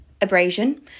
abrasion